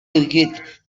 liquid